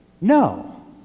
No